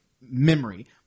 memory